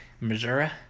missouri